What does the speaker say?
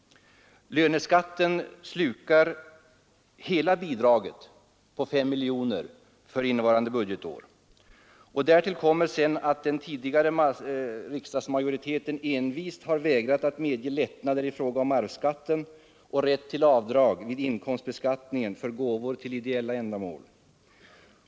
Löneskatten slukar hela bidraget på 5 miljoner för innevarande budgetår. Därtill kommer att den tidigare riksdagsmajoriteten envist vägrat medge lättnader i fråga om arvsskatten och rätt till avdrag vid inkomstbeskattningen för gåvor till ideella ändamål.